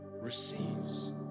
receives